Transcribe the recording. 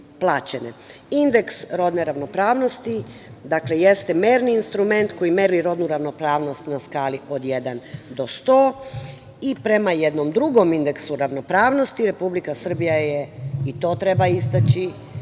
rodne ravnopravnosti jeste merni instrument koji meri rodnu ravnopravnost na skali od 1 do 100 i prema jednom drugom indeksu ravnopravnosti Republika Srbija je, i to treba istaći,